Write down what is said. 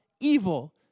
evil